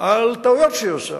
על טעויות שהיא עושה,